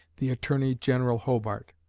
the attorney-general hobart.